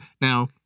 Now